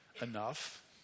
enough